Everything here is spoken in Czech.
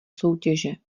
soutěže